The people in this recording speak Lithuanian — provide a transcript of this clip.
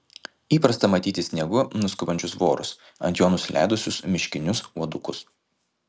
įprasta matyti sniegu nuskubančius vorus ant jo nusileidusius miškinius uodukus